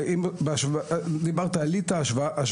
אז